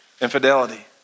infidelity